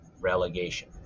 relegation